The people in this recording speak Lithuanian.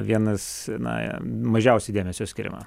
vienas na mažiausiai dėmesio skiriama